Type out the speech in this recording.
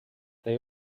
they